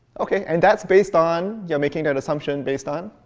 ok. and that's based on? yeah making that assumption based on?